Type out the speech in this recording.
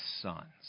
sons